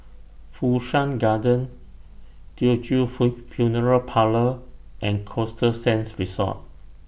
Fu Shan Garden Teochew Funeral Parlour and Costa Sands Resort